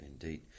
indeed